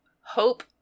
Hope